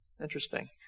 Interesting